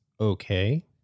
okay